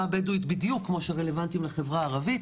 הבדואית בדיוק כמו שרלוונטיים לחברה הערבית,